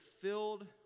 filled